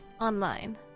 online